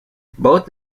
both